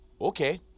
okay